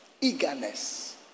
eagerness